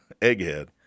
egghead